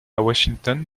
washington